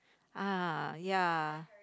ah ya